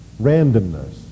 randomness